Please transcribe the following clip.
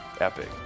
epic